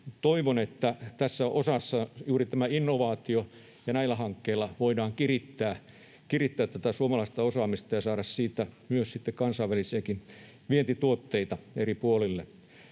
Toivon, että juuri innovaatioilla ja näillä hankkeilla voidaan kirittää tätä suomalaista osaamista ja saada siitä myös sitten kansainvälisiäkin vientituotteita eri puolille.